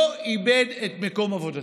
לא איבד את מקום עבודתו.